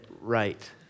Right